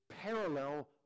parallel